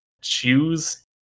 choose